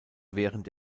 während